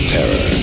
Terror